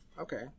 okay